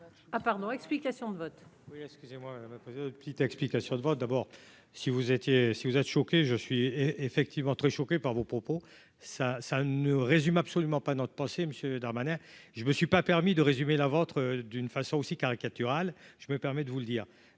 ah pardon, explications de vote. Excusez-moi, ma petite explication de vote d'abord si vous étiez si vous êtes choqué, je suis effectivement très choqué par vos propos, ça ça ne résume absolument pas dans le passé, monsieur Darmanin, je me suis pas permis de résumer la vôtre d'une façon aussi caricaturale, je me permets de vous le dire,